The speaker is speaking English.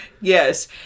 Yes